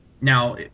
Now